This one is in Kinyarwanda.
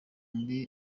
muri